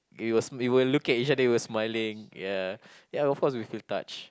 we were we were looking at each other we were smiling ya ya of course we feel touched